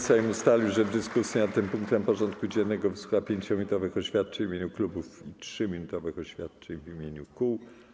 Sejm ustalił, że w dyskusji nad tym punktem porządku dziennego wysłucha 5-minutowych oświadczeń w imieniu klubów i 3-minutowych oświadczeń w imieniu kół.